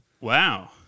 Wow